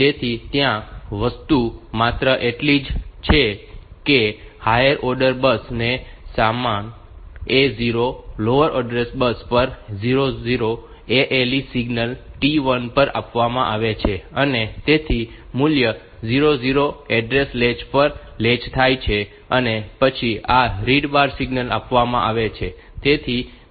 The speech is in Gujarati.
તેથી ત્યાં વસ્તુ માત્ર એટલી જ છે કે હાયર ઓર્ડર એડ્રેસ બસ ને સમાન A0 lower order address bus પર 00 ALE સિગ્નલ T1 પર આપવામાં આવે છે અને તેથી મૂલ્ય 00 એડ્રેસ લેચ પર લૅચ થાય છે અને પછી આ રીડ બાર સિગ્નલ આપવામાં આવે છે